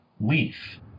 leaf